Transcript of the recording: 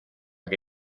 que